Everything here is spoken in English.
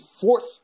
fourth